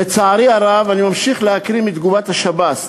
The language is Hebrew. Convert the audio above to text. "לצערי הרב" אני ממשיך להקריא מתגובת השב"ס,